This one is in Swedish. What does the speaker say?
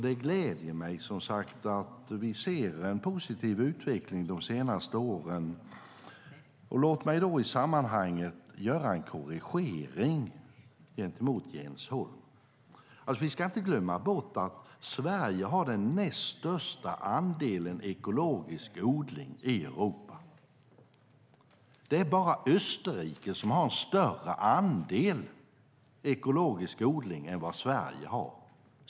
Det gläder mig att vi de senaste åren kunnat se en positiv utveckling. Låt mig i det sammanhanget korrigera Jens Holm genom att säga att vi inte ska glömma bort att Sverige har den näst största andelen ekologisk odling i Europa. Det är bara Österrike som har större andel ekologisk odling än Sverige.